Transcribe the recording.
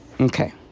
Okay